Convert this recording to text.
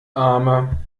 arme